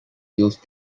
used